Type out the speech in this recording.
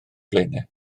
blaenau